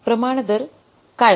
प्रमाण दर काय होता 8